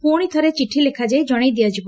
ପୁଶି ଥରେ ଚିଠି ଲେଖାଯାଇ ଜଣେଇ ଦିଆଯିବ